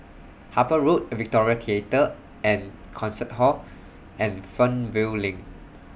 Harper Road Victoria Theatre and Concert Hall and Fernvale LINK